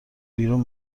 بیرون